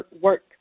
work